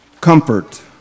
Comfort